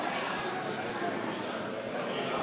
אי-אמון